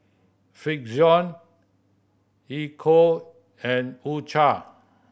Frixion Ecco and U Cha